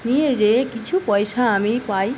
নিয়ে যেয়ে কিছু পয়সা আমি পাই